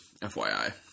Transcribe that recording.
FYI